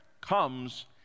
comes